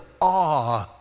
awe